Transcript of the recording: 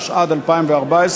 התשע"ד 2014,